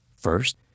First